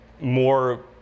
more